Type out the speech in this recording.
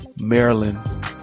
maryland